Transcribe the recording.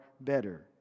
better